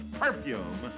perfume